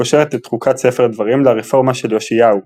קושרת את חוקת ספר דברים לרפורמה של יאשיהו,